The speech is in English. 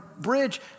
bridge